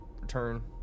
return